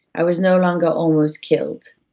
i was no longer almost killed,